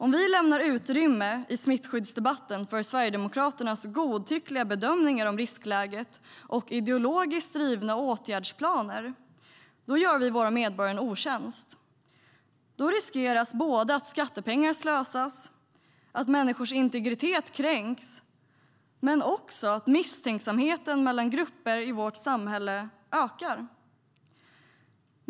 Om vi lämnar utrymme i smittskyddsdebatten för Sverigedemokraternas godtyckliga bedömningar av riskläget och ideologiskt drivna åtgärdsplaner gör vi våra medborgare en otjänst. Då riskeras att skattepengar slösas, att människors integritet kränks och också att misstänksamheten mellan grupper i vårt samhälle ökar.